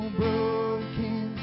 broken